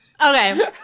okay